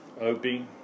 Opie